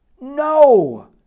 No